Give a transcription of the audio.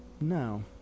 No